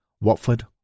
Watford